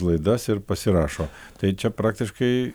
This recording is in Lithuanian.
laidas ir pasirašo tai čia praktiškai